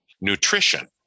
Nutrition